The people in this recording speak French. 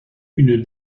une